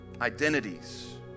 identities